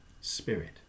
Spirit